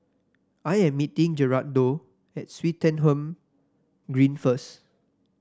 I am meeting Gerardo at Swettenham Green first